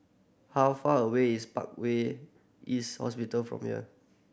how far away is Parkway East Hospital from here